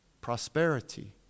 Prosperity